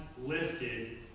Lifted